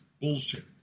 bullshit